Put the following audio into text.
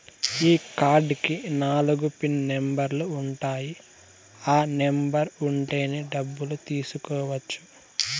ఈ కార్డ్ కి నాలుగు పిన్ నెంబర్లు ఉంటాయి ఆ నెంబర్ ఉంటేనే డబ్బులు తీసుకోవచ్చు